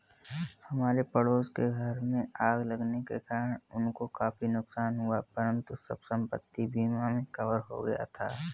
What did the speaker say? हमारे पड़ोस के घर में आग लगने के कारण उनको काफी नुकसान हुआ परंतु सब संपत्ति बीमा में कवर हो गया था